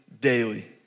daily